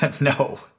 No